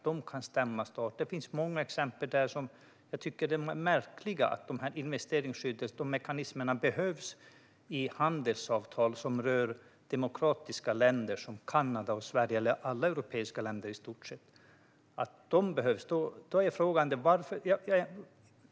Det finns många exempel, och jag tycker att det är märkligt att de här investeringsskydden och mekanismerna behövs i handelsavtal som rör demokratiska länder som Kanada, Sverige och i stort sett alla europeiska länder.